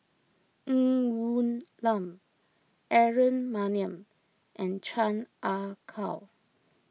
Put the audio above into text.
Ng Woon Lam Aaron Maniam and Chan Ah Kow